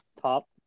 Top